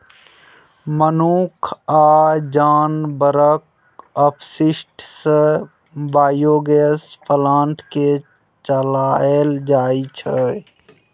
मनुख आ जानबरक अपशिष्ट सँ बायोगैस प्लांट केँ चलाएल जाइ छै